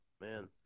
Man